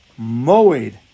moed